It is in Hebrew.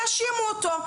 יאשימו אותו,